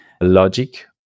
logic